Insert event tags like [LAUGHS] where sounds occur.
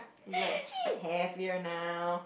[LAUGHS] she's happier now